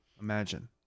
Imagine